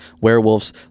werewolves